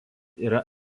yra